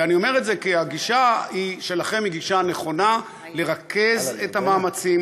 ואני אומר את זה כי הגישה שלכם היא גישה נכונה: לרכז את המאמצים,